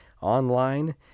online